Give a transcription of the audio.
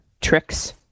tricks